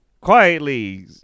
Quietly